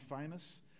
famous